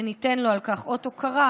וניתן לו על כך אות הוקרה,